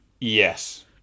Yes